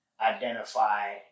identify